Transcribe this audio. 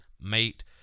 mate